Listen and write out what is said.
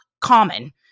common